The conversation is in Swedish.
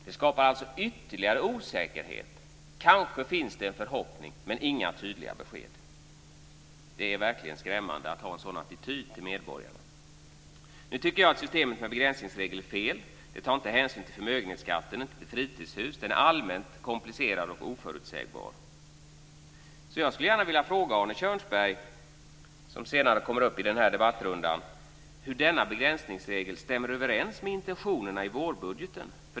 Det skapar alltså ytterligare osäkerhet. Kanske finns det en förhoppning men inga tydliga besked. Det är verkligen skrämmande att ha en sådan attityd till medborgarna. Nu tycker jag att systemet med begränsningsregel är fel. Det tar inte hänsyn till förmögenhetsskatten och inte till fritidshus. Det är allmänt komplicerat och oförutsägbart. Jag skulle gärna vilja fråga Arne Kjörnsberg, som kommer upp senare i denna debattrunda, hur denna begränsningsregel stämmer överens med intentionerna i vårbudgeten.